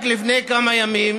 רק לפני כמה ימים